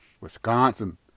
Wisconsin